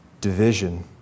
division